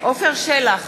עפר שלח,